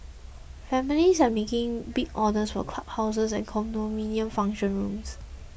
families are making big orders for club houses and condominium function rooms